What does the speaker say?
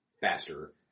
faster